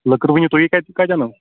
لٔکٕر ؤنِو تُہی کَتہِ کَتہِ اَنو